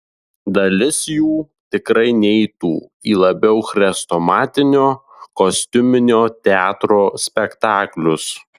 dalis jų tikrai neitų į labiau chrestomatinio kostiuminio teatro spektaklius